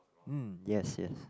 mm yes yes